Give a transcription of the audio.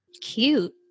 Cute